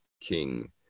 king